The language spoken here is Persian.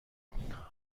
آیا